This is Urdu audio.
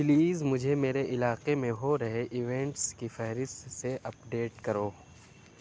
پلیز مجھے میرے علاقے میں ہو رہے ایونٹس کی فہرست سے اپ ڈیٹ کرو